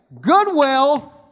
Goodwill